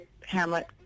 Hamlet